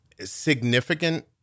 significant